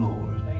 Lord